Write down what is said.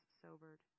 sobered